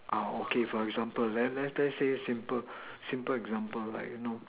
ah okay for example then let let's just say simple simple example like you know